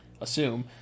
assume